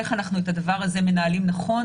איך אנחנו מנהלים נכון את הדבר הזה.